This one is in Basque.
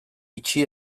itxi